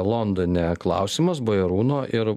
londone klausimas bajarūno ir